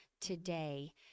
today